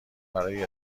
برای